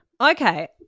okay